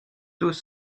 tous